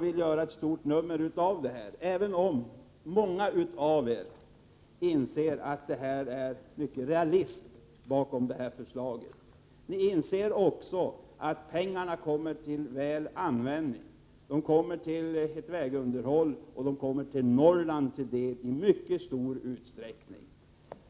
vill göra ett stort nummer av detta, även om många av er inser att det finns mycket realism bakom detta förslag. Ni inser också att pengarna kommer väl till användning. De kommer att gå till vägunderhåll och till Norrland i stor utsträckning.